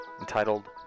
entitled